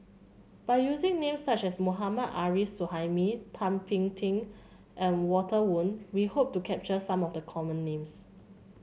by using names such as Mohammad Arif Suhaimi Thum Ping Tjin and Walter Woon we hope to capture some of the common names